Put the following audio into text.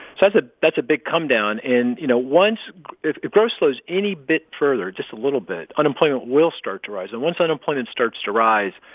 that's ah that's a big comedown. and, you know, once if if growth slows any bit further, just a little bit, unemployment will start to rise. and once unemployment starts to rise,